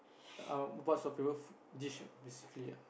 um what's your favorite dish basically ah